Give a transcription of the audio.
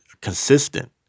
consistent